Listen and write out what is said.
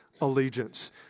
allegiance